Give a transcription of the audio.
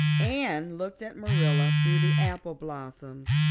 anne looked at marilla through the apple blossoms,